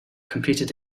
competed